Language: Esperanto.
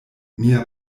mia